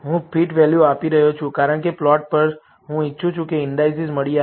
હું fit value આપી રહ્યો છું કારણ કે પ્લોટ પર હું ઇચ્છું છું કે ઈન્ડાઈસિસ મળી આવે